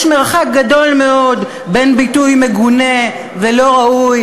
יש מרחק גדול מאוד בין ביטוי מגונה ולא ראוי